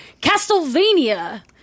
Castlevania